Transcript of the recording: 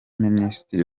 minisitiri